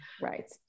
Right